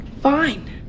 Fine